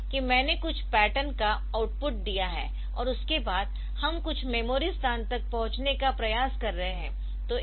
मान लें कि मैंने कुछ पैटर्न का आउटपुट दिया है और उसके बाद हम कुछ मेमोरी स्थान तक पहुंचने का प्रयास कर रहे है